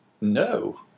No